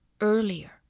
earlier